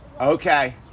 Okay